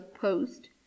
post